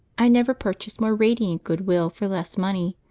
i never purchased more radiant good-will for less money,